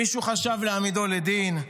מישהו חשב להעמידו לדין,